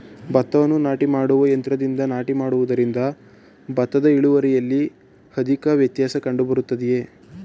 ಭತ್ತವನ್ನು ನಾಟಿ ಮಾಡುವ ಯಂತ್ರದಿಂದ ನಾಟಿ ಮಾಡುವುದರಿಂದ ಭತ್ತದ ಇಳುವರಿಯಲ್ಲಿ ಅಧಿಕ ವ್ಯತ್ಯಾಸ ಕಂಡುಬರುವುದೇ?